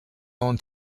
own